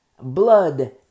Blood